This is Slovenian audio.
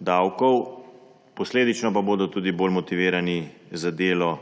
davkov, posledično pa bodo tudi bolj motivirani za delo